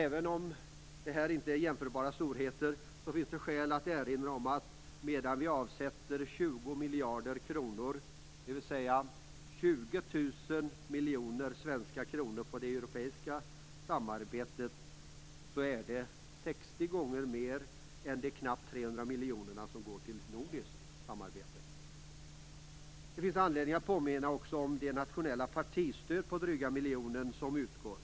Även om det inte handlar om jämförbara storheter finns det skäl att erinra om att vi avsätter 20 miljarder kronor, dvs. 20 000 000 000 svenska kronor, till förmån för det europeiska samarbetet. Det är 60 gånger mer än de knappt 300 miljoner som går till nordiskt samarbete. Det finns också anledning att påminna om det nationella partistöd på drygt 1 miljon kronor som utgår.